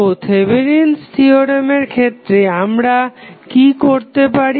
তো থেভেনিন'স থিওরেমের ক্ষেত্রে আমরা কি করতে পারি